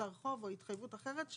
שטר חוב או התחייבות אחרת.